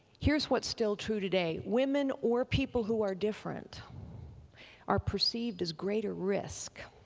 here's what's still true today women or people who are different are perceived as greater risk.